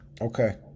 Okay